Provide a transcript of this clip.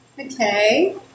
Okay